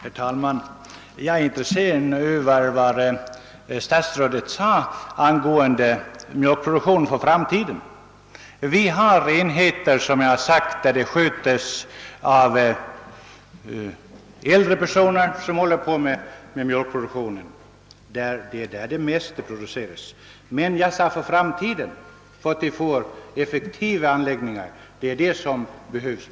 Herr talman! Jag vill ta upp vad herr statsrådet sade angående mjölkproduktionen för framtiden. Som jag sagt finns det enheter som sköts av äldre personer som håller på med mjölkproduktionen. Det är där det produceras mest. Men jag sade att det behövs mycket pengar för att få effektiva anläggningar för framtiden.